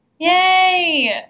yay